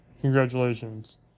congratulations